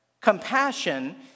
compassion